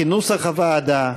כנוסח הוועדה.